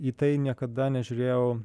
į tai niekada nežiūrėjau